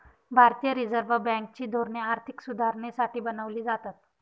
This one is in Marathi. भारतीय रिझर्व बँक ची धोरणे आर्थिक सुधारणेसाठी बनवली जातात